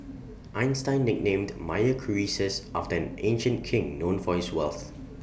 Einstein nicknamed Meyer Croesus after an ancient king known for his wealth